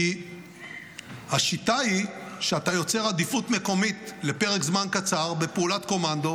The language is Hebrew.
כי השיטה היא שאתה יוצר עדיפות מקומית לפרק זמן קצר בפעולת קומנדו,